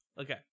Okay